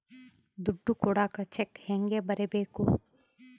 ದುಡ್ಡು ಕೊಡಾಕ ಚೆಕ್ ಹೆಂಗ ಬರೇಬೇಕು?